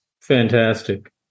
Fantastic